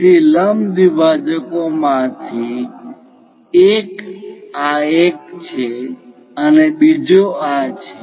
તેથી લંબ દ્વિભાજકો માંથી એક આ એક છે અને બીજો આ છે